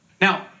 Now